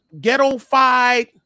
ghetto-fied